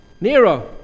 Nero